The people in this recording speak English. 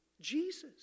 Jesus